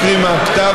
אז אני לא אקריא מהכתב,